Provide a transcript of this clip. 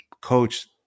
coach